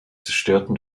zerstörten